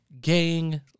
gang